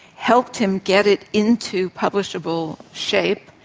helped him get it into publishable shape,